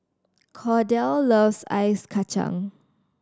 Kordell loves Ice Kachang